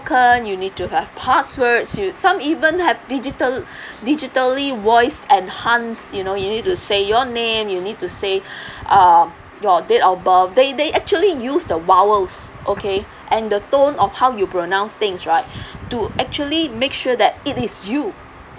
token you need to have passwords you some even have digital digitally voice enhanced you know you need to say your name you need to say uh your date of birth they they actually use the vowels okay and the tone of how you pronounce things right to actually make sure that it is you